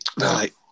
Right